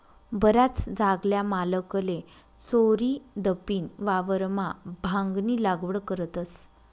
बराच जागल्या मालकले चोरीदपीन वावरमा भांगनी लागवड करतस